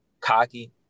cocky